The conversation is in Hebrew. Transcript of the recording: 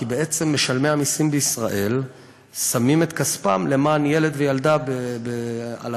כי בעצם משלמי המסים בישראל שמים את כספם למען ילד וילדה באלבמה,